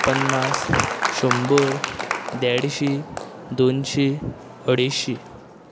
पन्नास शंबर देडशीं दोनशीं अडेंचशीं